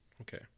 Okay